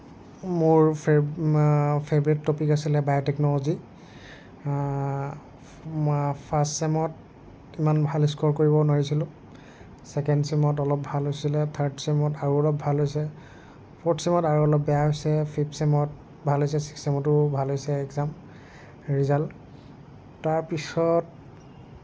মোৰ fav favourite topic আছিল biotechnology first ছেমত ইমান ভাল স্ক'ৰ কৰিব নোৱাৰিছিলোঁ ছেকেণ্ড ছেমত অলপ ভাল হৈছিলে থাৰ্ড ছেমত আৰু অলপ ভাল হৈছে ফ'ৰ্থ ছেমত আৰু অলপ বেয়া হৈছে ফিফ্থ ছেমত ভাল হৈছে ছিক্স ছেমতো ভাল হৈছে এগ্জাম ৰিজাল্ট তাৰ পিছত